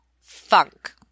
funk